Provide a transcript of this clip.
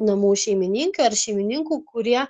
namų šeimininkių ar šeimininkų kurie